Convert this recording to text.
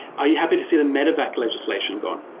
are you happy to see the medevac legislation gone?